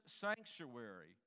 sanctuary